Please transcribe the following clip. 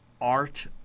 art